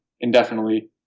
indefinitely